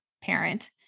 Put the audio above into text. parent